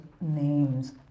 names